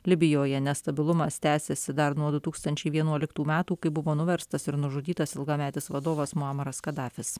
libijoje nestabilumas tęsiasi dar nuo du tūkstančiai vienuoliktų metų kai buvo nuverstas ir nužudytas ilgametis vadovas muamaras kadafis